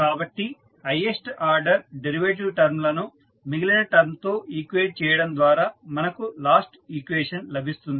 కాబట్టి highest order derivative term లను మిగిలిన టర్మ్ తో ఈక్వెట్ చేయడం ద్వారా మనకు లాస్ట్ ఈక్వేషన్ లభిస్తుంది